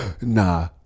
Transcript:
Nah